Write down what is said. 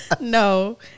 No